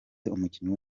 umukinnyi